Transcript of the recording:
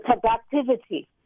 productivity